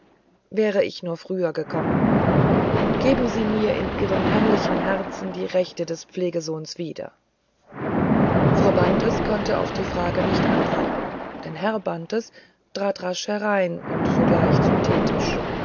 wäre ich nur früher gekommen geben sie mir in ihrem herrlichen herzen die rechte des pflegesohnes wieder frau bantes konnte auf die frage nicht antworten denn herr bantes trat rasch herein und sogleich zum